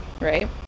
right